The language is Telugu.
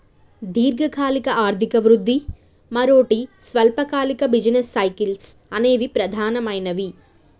దీర్ఘకాలిక ఆర్థిక వృద్ధి, మరోటి స్వల్పకాలిక బిజినెస్ సైకిల్స్ అనేవి ప్రధానమైనవి